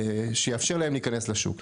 שיאפשר להם להיכנס לשוק.